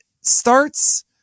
starts